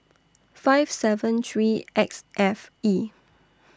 five seven three X F E